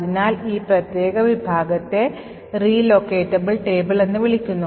അതിനാൽ ഈ പ്രത്യേക വിഭാഗത്തെ Relocatbale Table എന്ന് വിളിക്കുന്നു